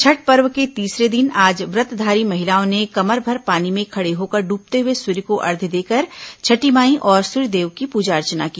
छठ पर्व के तीसरे दिन आज व्रतधारी महिलाओं ने कमरभर पानी में खड़े होकर डूबते हुए सूर्य को अर्ध्य देकर छठी माई और सूर्यदेव की पूजा अर्चना की